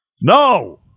No